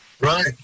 right